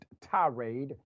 tirade